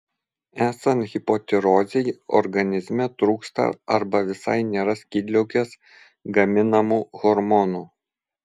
esant hipotirozei organizme trūksta arba visai nėra skydliaukės gaminamų hormonų